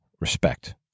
respect